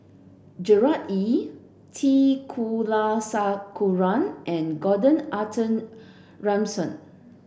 Gerard Ee T Kulasekaram and Gordon Arthur Ransome